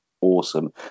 awesome